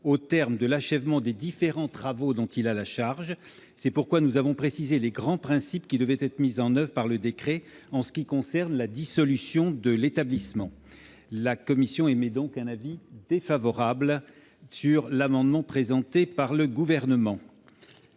au terme de l'achèvement des différents travaux dont il a la charge. C'est pourquoi nous avons précisé les grands principes qui devraient être mis en oeuvre par le décret relatif à la dissolution de l'établissement. La commission émet donc un avis défavorable sur l'amendement présenté par le Gouvernement.